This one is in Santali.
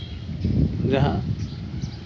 ᱡᱟᱦᱟᱸ